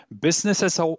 Businesses